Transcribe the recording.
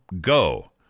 Go